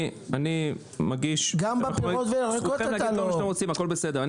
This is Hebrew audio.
גם בפירות וירקות זה לא כך.